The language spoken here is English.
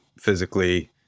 physically